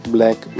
Black